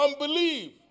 unbelief